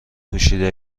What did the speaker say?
پوشیده